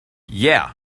yeah